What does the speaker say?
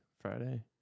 Friday